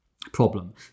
problem